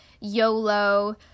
YOLO